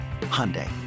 Hyundai